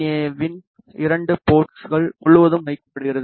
ஏ இன் இரண்டு போர்ட்ஸ்கள் முழுவதும் வைக்கப்படுகிறது